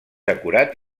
acurat